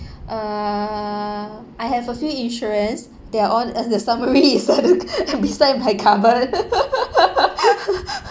uh I have a few insurance they are all and the summary it's all I'm covered